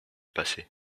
passer